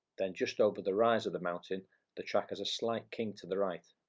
then just over the rise of the mountain the track has a slight kink to the right,